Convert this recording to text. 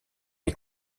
est